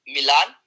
Milan